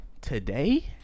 today